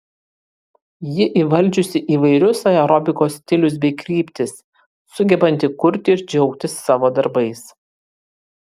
ji įvaldžiusi įvairius aerobikos stilius bei kryptis sugebanti kurti ir džiaugtis savo darbais